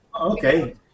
Okay